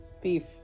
Thief